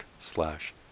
slash